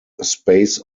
space